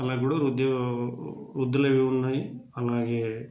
అలా కూడా వృద్ధు వృద్ధులవి ఉన్నాయి అలాగే